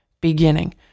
beginning